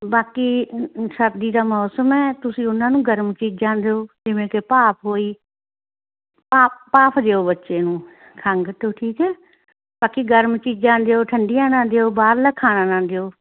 ਬਾਕੀ ਸਰਦੀ ਦਾ ਮੌਸਮ ਹੈ ਤੁਸੀਂ ਉਹਨਾਂ ਨੂੰ ਗਰਮ ਚੀਜ਼ਾਂ ਦਿਓ ਜਿਵੇਂ ਕਿ ਭਾਫ਼ ਹੋਈ ਭਾ ਭਾਫ਼ ਦਿਓ ਬੱਚੇ ਨੂੰ ਖੰਘ ਤੋਂ ਠੀਕ ਹੈ ਬਾਕੀ ਗਰਮ ਚੀਜ਼ਾਂ ਦਿਓ ਠੰਡੀਆਂ ਨਾ ਦਿਓ ਬਾਹਰਲਾ ਖਾਣਾ ਨਾ ਦਿਓ